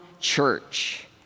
church